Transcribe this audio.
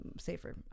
safer